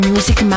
Music